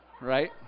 Right